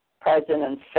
President